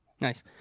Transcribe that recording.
Nice